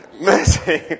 Mercy